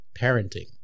parenting